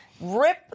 Rip